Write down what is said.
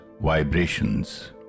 vibrations